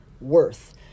worth